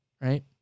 right